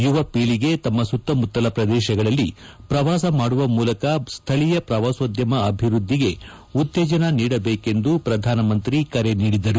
ಯುವ ಪೀಳಿಗೆ ತಮ್ಮ ಸುತ್ತಮುತ್ತಲ ಪ್ರದೇಶಗಳಲ್ಲಿ ಪ್ರವಾಸ ಮಾಡುವ ಮೂಲಕ ಸ್ವಳೀಯ ಪ್ರವಾಸೋದ್ದಮ ಅಭಿವೃದ್ದಿಗೆ ಉತ್ತೇಜನ ನೀಡಬೇಕೆಂದು ಪ್ರಧಾನಮಂತ್ರಿ ಕರೆ ನೀಡಿದರು